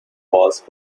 caused